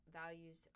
values